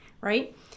right